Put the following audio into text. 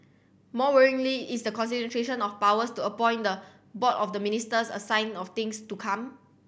more worryingly is the concentration of powers to appoint the board of the minister a sign of things to come